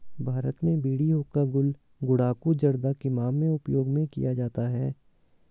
भारत में बीड़ी हुक्का गुल गुड़ाकु जर्दा किमाम में उपयोग में किया जाता है